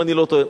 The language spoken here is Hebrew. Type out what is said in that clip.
אם אני לא טועה,